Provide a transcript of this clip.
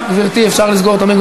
המאבק